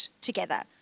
together